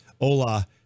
Hola